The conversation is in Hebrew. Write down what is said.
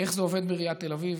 איך זה עובד בעיריית תל אביב,